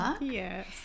yes